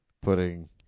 putting